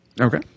Okay